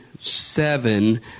seven